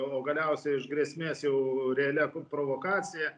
o galiausiai iš grėsmės jau realia provokacija